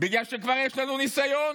בגלל שיש לנו כבר ניסיון